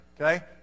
okay